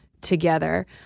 together